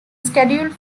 scheduled